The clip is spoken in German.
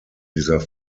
dieser